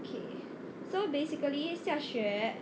okay so basically xiaxue